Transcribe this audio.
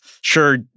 Sure